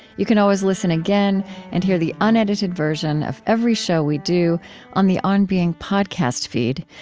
you can always listen again and hear the unedited version of every show we do on the on being podcast feed,